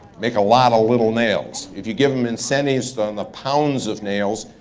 make a lot of little nails. if you give em incentives on the pounds of nails,